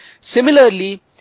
Similarly